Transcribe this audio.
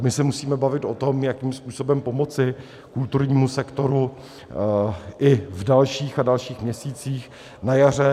My se ale musíme bavit o tom, jakým způsobem pomoci kulturnímu sektoru i v dalších a dalších měsících na jaře.